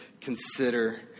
consider